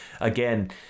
again